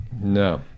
no